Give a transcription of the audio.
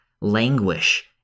languish